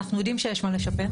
אנחנו יודעים שיש מה לשפר,